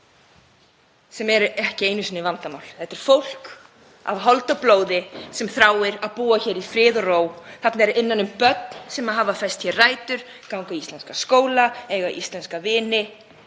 sem er ekki einu sinni vandamál. Þetta er fólk af holdi og blóði sem þráir að búa í friði og ró. Þarna eru innan um börn sem hafa fest hér rætur, ganga í íslenska skóla, eiga íslenska vini